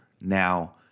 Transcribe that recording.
now